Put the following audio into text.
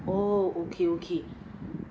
oh okay okay